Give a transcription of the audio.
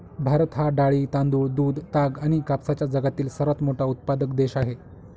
भारत हा डाळी, तांदूळ, दूध, ताग आणि कापसाचा जगातील सर्वात मोठा उत्पादक देश आहे